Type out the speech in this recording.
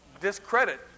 discredit